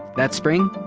that spring,